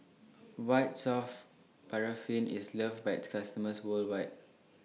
White Soft Paraffin IS loved By its customers worldwide